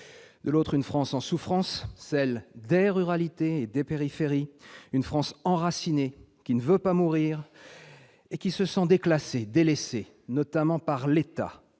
de l'autre, une France en souffrance, celle des ruralités et des périphéries, une France enracinée qui ne veut pas mourir et qui se sent déclassée, délaissée, notamment par l'État.